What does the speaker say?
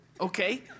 okay